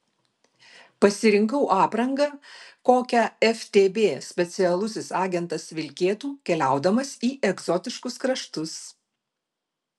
pasirinkau aprangą kokią ftb specialusis agentas vilkėtų keliaudamas į egzotiškus kraštus